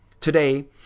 Today